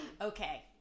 Okay